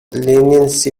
leniency